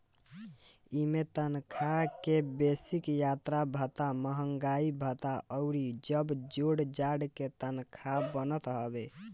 इमें तनखा के बेसिक, यात्रा भत्ता, महंगाई भत्ता अउरी जब जोड़ जाड़ के तनखा बनत हवे